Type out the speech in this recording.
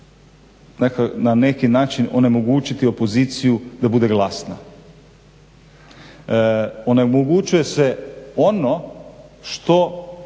na neki način onemogućiti opoziciju da bude glasna. Onemogućuje se ono što